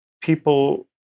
people